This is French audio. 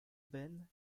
benne